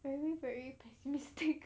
very very pessimistic